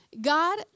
God